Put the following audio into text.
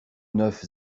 neuf